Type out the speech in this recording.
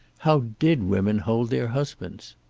how did women hold their husbands?